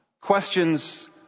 Questions